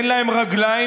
אין להם רגליים,